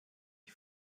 die